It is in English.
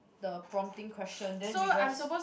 the prompting question then we just